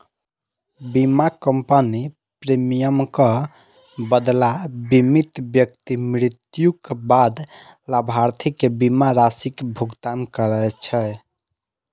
बीमा कंपनी प्रीमियमक बदला बीमित व्यक्ति मृत्युक बाद लाभार्थी कें बीमा राशिक भुगतान करै छै